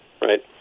right